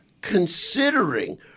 considering